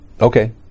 Okay